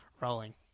rolling